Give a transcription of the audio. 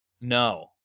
No